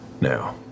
now